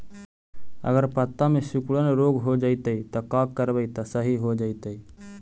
अगर पत्ता में सिकुड़न रोग हो जैतै त का करबै त सहि हो जैतै?